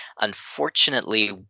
unfortunately